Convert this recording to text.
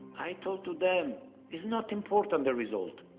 i told to them it's not important the result.